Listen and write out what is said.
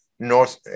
North